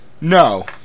No